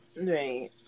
Right